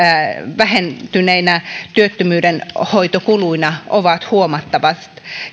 vähentyneinä työttömyydenhoitokuluina ovat huomattavat